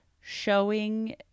showing